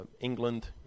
England